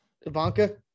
Ivanka